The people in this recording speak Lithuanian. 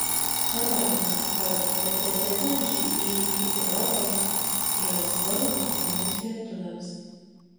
parodėme kad beprecedenčiai įvykiai europoje yra svarbūs ir mums lietuviams